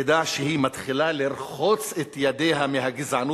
נדע שהיא מתחילה לרחוץ את ידיה מהגזענות,